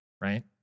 right